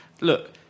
Look